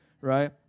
right